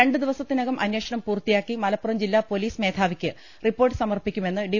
രണ്ടുദിവസത്തിനകം അന്വേഷണം പൂർത്തിയാക്കി മലപ്പുറം ജില്ലാ പോലീസ് മേധാവിക്ക് റിപ്പോർട്ട് സമർപ്പിക്കുമെന്ന് ഡി